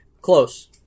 Close